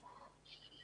רוצה?